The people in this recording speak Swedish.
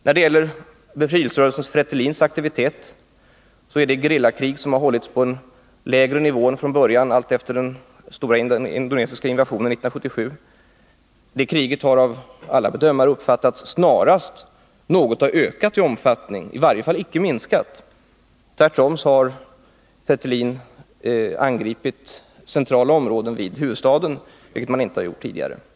När det gäller befrielserörelsen FRETILINS aktivitet har det gerillakrig som började föras efter den indonesiska invasionen 1977 enligt alla bedömare snarare ökat än minskat i omfattning. FRETILIN har på senare tid angripit centrala områden i huvudstaden, vilket man inte har gjort tidigare.